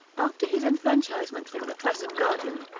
after his enfranchisement from an oppressive guardian,